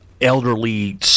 elderly